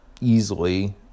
easily